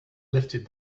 lifted